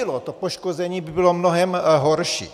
To poškození by bylo mnohem horší.